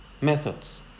Methods